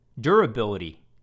Durability